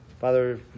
Father